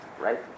right